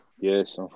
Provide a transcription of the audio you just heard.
Yes